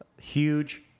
huge